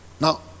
Now